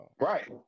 Right